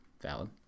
Valid